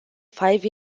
five